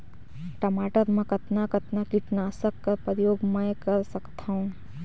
टमाटर म कतना कतना कीटनाशक कर प्रयोग मै कर सकथव?